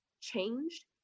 changed